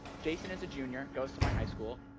jason is a junior, goes to my high school,